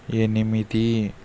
ఎనిమిది